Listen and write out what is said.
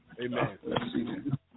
Amen